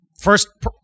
first